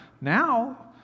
Now